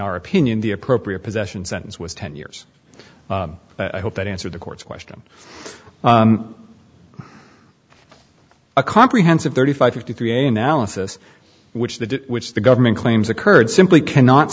our opinion the appropriate possession sentence was ten years i hope that answered the court's question a comprehensive thirty five fifty three analysis which the which the government claims occurred simply cannot